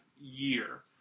year